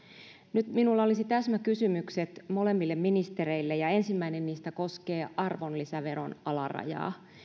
nyt minulla olisi täsmäkysymykset molemmille ministereille ja ensimmäinen niistä koskee arvonlisäveron alarajaa